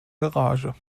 garage